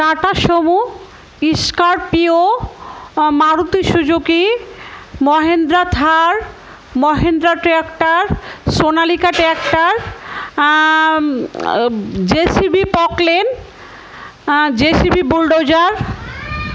tata Sumo Scorpio Maruti Suzuki Mahindra Thar Mahindra tractor Sonalika tractor J C B Poclain J C B bulldozer